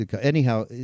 anyhow